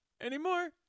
anymore